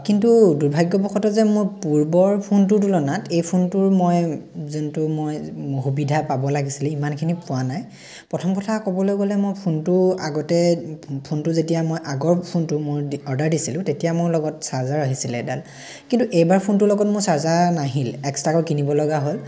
কিন্তু দুৰ্ভাগ্যবশতঃ যে মোৰ পূৰ্বৰ ফোনটোৰ তুলনাত এই ফোনটোৰ মই যোনটো মই সুবিধা পাব লাগিছিলে ইমানখিনি পোৱা নাই প্ৰথম কথা ক'বলৈ গ'লে মই ফোনটো আগতে ফোনটো যেতিয়া মই আগৰ ফোনটো মোৰ দি অৰ্ডাৰ দিছিলোঁ তেতিয়া মোৰ লগত চাৰ্জাৰ আহিছিলে এডাল কিন্তু এইবাৰ ফোনটোৰ লগত মোৰ চাৰ্জাৰ নাহিল এক্সট্ৰাকৈ কিনিব লগা হ'ল